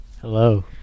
Hello